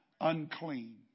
unclean